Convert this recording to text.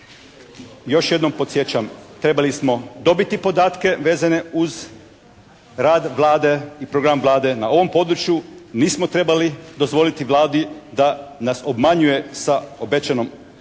još jednom podsjećam, trebali smo dobiti podatke vezane uz rad Vlade i program Vlade na ovom području. Nismo trebali dozvoliti Vladi da nas obmanjuje sa obećanom, da